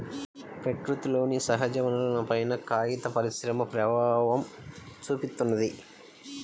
ప్రకృతిలోని సహజవనరులపైన కాగిత పరిశ్రమ ప్రభావం చూపిత్తున్నది